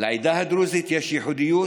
לעדה הדרוזית יש ייחודיות